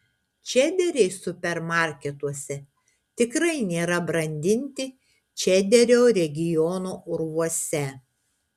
čederiai supermarketuose tikrai nėra brandinti čederio regiono urvuose